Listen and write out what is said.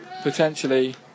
potentially